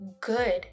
good